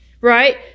right